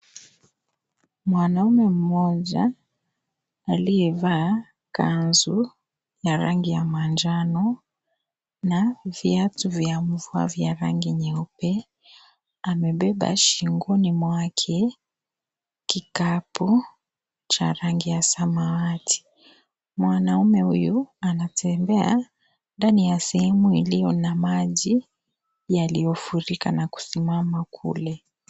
Mwanume mmoja liyevaa kanzu ya rangi ya manjano na viatu vya mvua vya rangi nyeupe. Amebeba shingoni mwake kikapu cha rangi ya samawati. Mwanaume huyu anatembea ndani ya sehemu iliyo na maji yaliyofurika na kusimama kule.